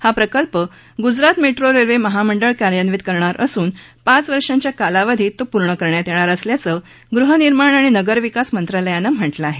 हा प्रकल्प Gujarat metro railway महामंडळ कार्यान्वित करणार असून पाच वर्षांच्या कालावधित तो पूर्ण करण्यात येणार असल्याचं गृहनिर्माण आणि नगरविकास मंत्रालयानं म्हटलं आहे